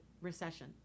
recession